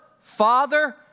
Father